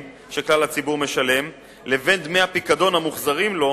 שכלל הציבור משלם לבין דמי הפיקדון המוחזרים לו,